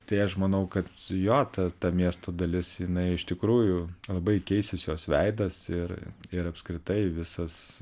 tai aš manau kad jo ta ta miesto dalis jinai iš tikrųjų labai keisis jos veidas ir ir apskritai visas